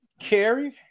carrie